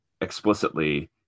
explicitly